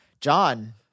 John